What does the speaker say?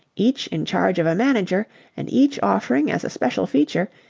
each in charge of a manager and each offering as a special feature,